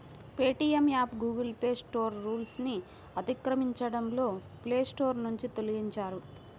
Paytm app Google Play Store రూల్స్ను అతిక్రమించడంతో Play Store నుంచి తొలగించారు